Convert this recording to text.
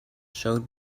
showed